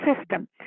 system